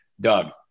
Doug